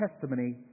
testimony